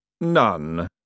None